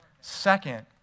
Second